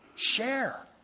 share